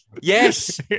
Yes